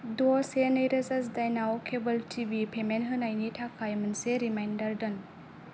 द' से नैरोजा जिदाइन आव केबेल टि भि पेमेन्ट होनायनि थाखाय मोनसे रिमाइन्डार दोन